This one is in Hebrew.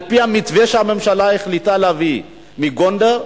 על-פי המתווה שהממשלה החליטה להביא מגונדר,